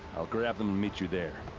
i'll grab them and meet you there!